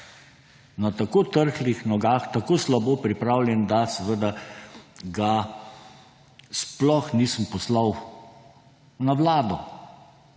na tako trhlih nogah, tako slabo pripravljen, da ga sploh nisem poslal na vlado.